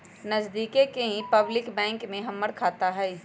नजदिके के ही पब्लिक बैंक में हमर खाता हई